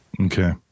Okay